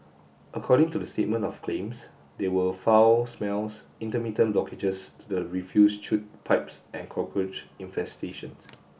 according to the statement of claims they were foul smells intermittent blockages to the refuse chute pipes and cockroach infestations